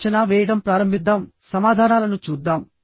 అంచనా వేయడం ప్రారంభిద్దాం సమాధానాలను చూద్దాం